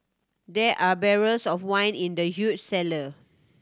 there are barrels of wine in the huge cellar